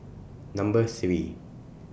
Number three